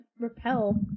repel